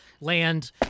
land